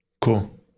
cool